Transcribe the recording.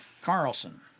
Carlson